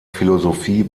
philosophie